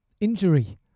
injury